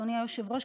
אדוני היושב-ראש,